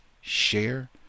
share